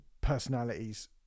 personalities